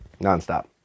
nonstop